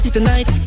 tonight